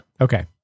Okay